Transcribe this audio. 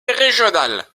régionale